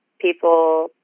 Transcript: people